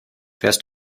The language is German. wärst